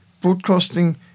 broadcasting